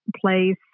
place